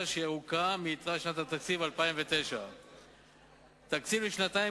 שהיא ארוכה מיתרת שנת התקציב 2009. תקציב לשנתיים,